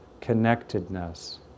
connectedness